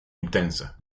intensa